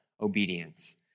obedience